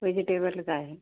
वेजिटेबलच आहे